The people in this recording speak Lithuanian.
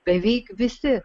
beveik visi